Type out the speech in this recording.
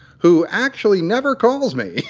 who actually never calls me.